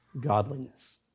Godliness